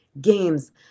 games